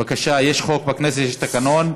בבקשה, יש חוק בכנסת, יש תקנון.